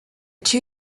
two